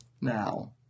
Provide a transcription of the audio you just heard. now